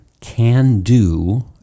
can-do